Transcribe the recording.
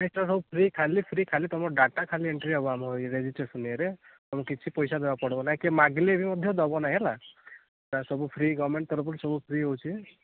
ଏଠି ତ ସବୁ ଫ୍ରି ଖାଲି ଫ୍ରି ଖାଲି ତୁମ ଡାଟା ଖାଲି ଏଣ୍ଟ୍ରି ହେବ ଆମ ୟେ ରେଜିଷ୍ଟ୍ରେସନ୍ ୟେରେ ତୁମକୁ କିଛି ପଇସା ଦେବାକୁ ପଡ଼ିବ ନାହିଁ କିଏ ମାଗିଲେ ବି ମଧ୍ୟ ଦେବ ନାହିଁ ହେଲା ସେଗୁରା ସବୁ ଫ୍ରି ଗଭର୍ଣ୍ଣମେଣ୍ଟ ତରଫରୁ ସବୁ ଫ୍ରି ହେଉଛି